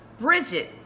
Bridget